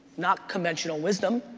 not conventional wisdom,